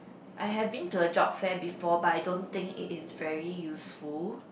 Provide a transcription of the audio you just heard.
I have been to a job fair before but I don't think it is very useful